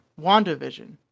WandaVision